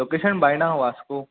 location बायना वास्को